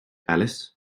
alice